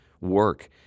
work